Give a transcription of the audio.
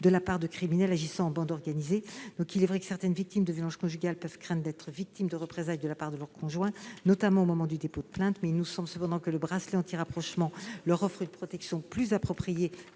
de la part de criminels agissant en bande organisée. Il est vrai que certaines victimes de violences conjugales peuvent redouter d'être victimes de représailles de la part de leur conjoint, notamment au moment du dépôt de plainte. Il nous semble cependant que le bracelet anti-rapprochement leur offre une protection plus appropriée